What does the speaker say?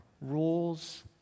rules